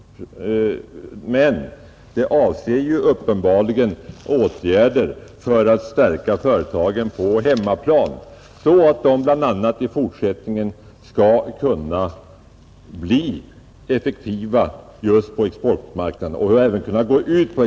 Men det avser uppenbarligen åtgärder för att stärka företagen på hemmaplan, så att de i fortsättningen bl.a. skall kunna gå ut på exportmarknaden och bli effektiva där.